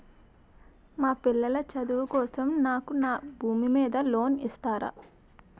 మా పిల్లల చదువు కోసం నాకు నా భూమి మీద లోన్ ఇస్తారా?